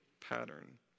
pattern